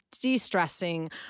De-stressing